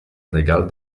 regal